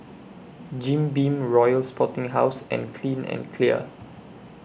Jim Beam Royal Sporting House and Clean and Clear